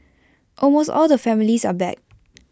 almost all the families are back